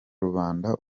rubanda